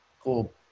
Cool